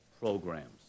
programs